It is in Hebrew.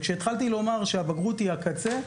כשהתחלתי לומר שהבגרות היא הקצה,